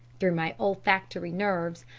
through my olfactory nerves,